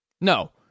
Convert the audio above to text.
No